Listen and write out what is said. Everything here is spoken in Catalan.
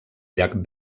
llac